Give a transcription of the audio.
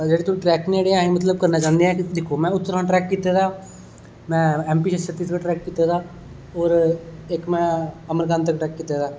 अस जेहडे ट्रैक करना चाहन्ने असें उतराखंड ट्रैक कीते दा ऐ में एमपी जां छत्तिसगढ ट्रैक कीते दा और इक में अमरकढं ट्रैक किते दा